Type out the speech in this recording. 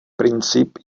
princip